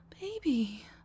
Baby